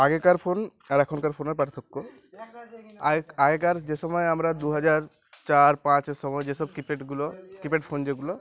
আগেকার ফোন আর এখনকার ফোনের পার্থক্য আগে আগেকার যে সময় আমরা দু হাজার চার পাঁচ সময় যেসব কিপ্যাডগুলো কিপ্যাড ফোন যেগুলো